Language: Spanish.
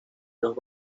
los